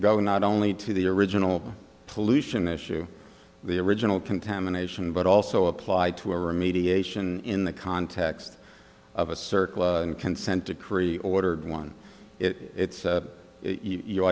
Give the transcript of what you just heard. govern not only to the original pollution issue the original contamination but also applied to a remediation in the context of a circle of consent decree ordered one it's